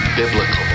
biblical